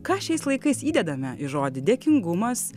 ką šiais laikais įdedame į žodį dėkingumas